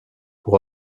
pour